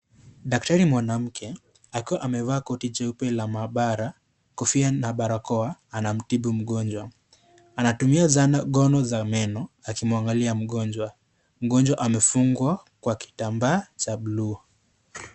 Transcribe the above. Daktari mwanamke akiwa amevalia koti jeupe la mahabara kofia na barakoa anamtibu mgonjwa, anatumia zana gono za meno akimwangalia mgonjwa, mgonjwa amefungwa kwa kitambaa cha bluu.